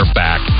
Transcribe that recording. back